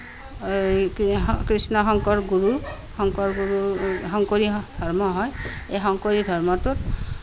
কৃষ্ণ শংকৰ গুৰু শংকৰ গুৰু শংকৰী ধৰ্ম হয় এই শংকৰী ধৰ্মটোত